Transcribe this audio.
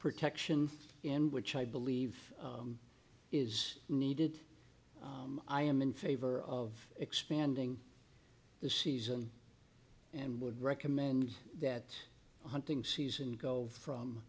protection in which i believe is needed i am in favor of expanding the season and would recommend that hunting season go from